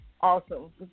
awesome